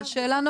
אבל השאלה,